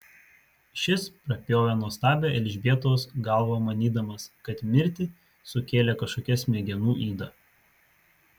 šis prapjovė nuostabią elžbietos galvą manydamas kad mirtį sukėlė kažkokia smegenų yda